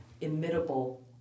imitable